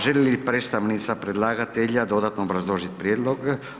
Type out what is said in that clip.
Želi li predstavnica predlagatelja dodatno obrazložiti prijedlog?